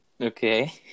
Okay